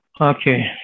Okay